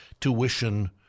Tuition